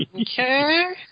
Okay